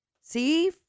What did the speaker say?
See